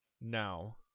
now